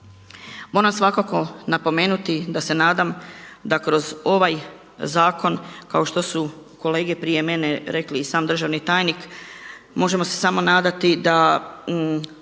Moram svakako napomenuti da se nadam da kroz ovaj zakon kao što su kolege prije mene rekli i sam državni tajnik, možemo se sam nadati da